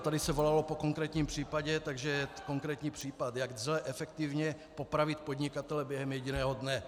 Tady se volalo po konkrétním případu, takže konkrétní případ, jak lze efektivně popravit podnikatele během jediného dne.